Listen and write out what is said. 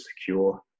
secure